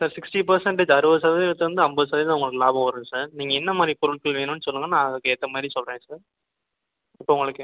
sir sixty percentage அறுபது சதவீதத்துலேந்து ஐம்பது சதவீதம் உங்களுக்கு லாபம் வரும் சார் நீங்கள் என்ன மாதிரி பொருள்கள் வேணும்ன்னு சொல்லுங்கள் நான் அதுக்கேற்ற மாதிரி சொல்கிறேன் சார் இப்போ உங்களுக்கு